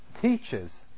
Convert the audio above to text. teaches